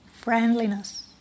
friendliness